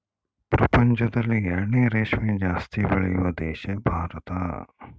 ಪ್ರಪಂಚದಲ್ಲಿ ಎರಡನೇ ರೇಷ್ಮೆ ಜಾಸ್ತಿ ಬೆಳೆಯುವ ದೇಶ ಭಾರತ